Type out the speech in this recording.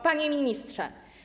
Panie Ministrze!